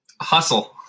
hustle